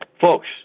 Folks